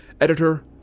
editor